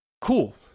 cool